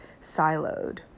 siloed